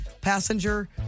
passenger